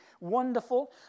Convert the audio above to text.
wonderful